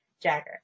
Jagger